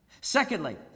Secondly